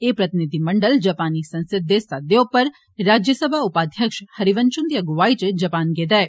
एह् प्रतिनिधिमंडल जपानी संसद दे सादे उप्पर राज्यसभा उपाध्यक्ष हरिवंष हुन्दी अगुवाई च जपान गेदा ऐ